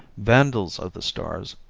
vandals of the stars,